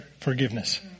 forgiveness